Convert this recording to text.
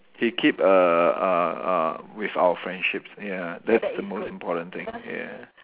he keep err uh uh up with our friendship ya that's the most important thing yeah